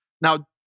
Now